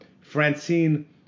Francine